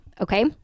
okay